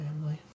family